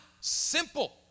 simple